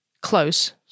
close